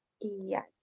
yes